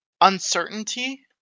uncertainty